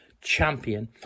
champion